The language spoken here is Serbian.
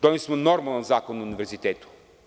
Doneli smo normalan Zakon o univerzitetu.